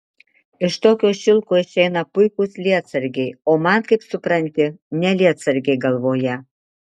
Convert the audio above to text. iš tokio šilko išeina puikūs lietsargiai o man kaip supranti ne lietsargiai galvoje